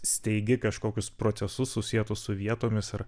steigi kažkokius procesus susietus su vietomis ir